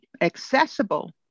accessible